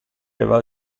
aveva